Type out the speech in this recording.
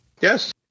Yes